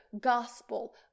gospel